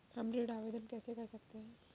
हम ऋण आवेदन कैसे कर सकते हैं?